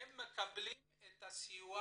הם מקבלים את הסיוע